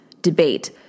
debate